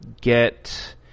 get